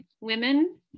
women